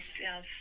yes